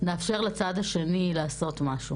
נאפשר לצד השני לעשות משהו